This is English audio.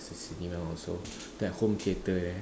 cinema also that home theater eh